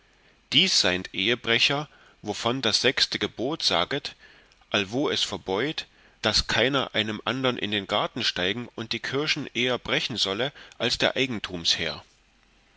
dies seind ehebrecher wovon das sechste gebot saget allwo es verbeut daß keiner einem andern in garten steigen und die kirschen eher brechen solle als der eigentumsherr